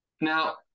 Now